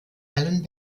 alan